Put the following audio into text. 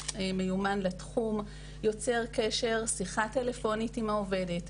שמיומן לתחום, יוצר קשר בשיחה טלפונית עם העובדת,